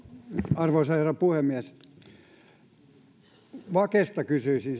arvoisa herra puhemies vakesta kysyisin